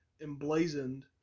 emblazoned